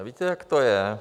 Víte, jak to je?